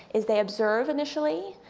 is they observe initially,